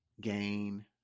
gain